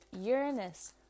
Uranus